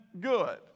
good